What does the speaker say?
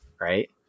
right